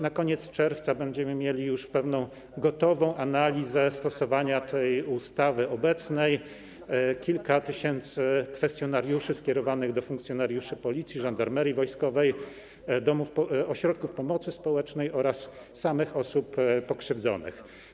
Na koniec czerwca będziemy mieli już gotową analizę dotyczącą stosowania obecnej ustawy, co oznacza kilka tysięcy kwestionariuszy skierowanych do funkcjonariuszy Policji, Żandarmerii Wojskowej, ośrodków pomocy społecznej oraz samych osób pokrzywdzonych.